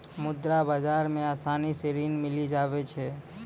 मुद्रा बाजार मे आसानी से ऋण मिली जावै छै